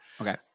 Okay